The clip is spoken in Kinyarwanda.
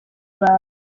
bawe